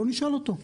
בוא נשאל אותו.